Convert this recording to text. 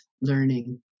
learning